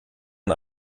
und